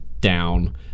down